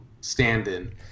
stand-in